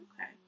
Okay